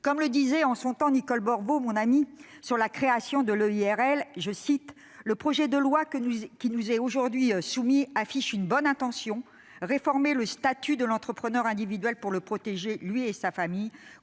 Comme le disait en 2010 mon amie Nicole Borvo à propos de la création de l'EIRL :« Le projet de loi qui nous est aujourd'hui soumis affiche une bonne intention : réformer le statut de l'entrepreneur individuel pour le protéger, lui et sa famille,